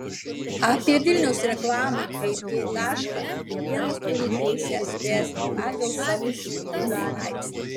apie vilniaus reklamą kaip g tašką kiekvienas turi teisę spręsti pagal savo sugedimo laipsnį